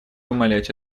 умалять